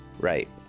Right